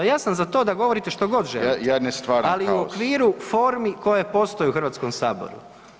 Ja sam za to da govorite što god želite [[Upadica: Ja se stvaram kaos.]] Ali u okviru formi koje postoje u HS-u.